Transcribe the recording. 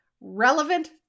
relevant